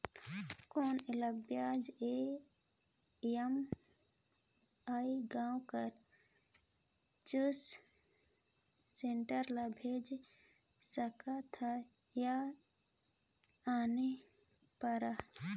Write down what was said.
कौन एला ब्याज ई.एम.आई गांव कर चॉइस सेंटर ले भेज सकथव या आना परही?